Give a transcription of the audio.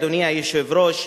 אדוני היושב-ראש,